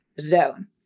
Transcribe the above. zone